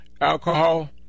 alcohol